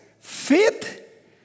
fit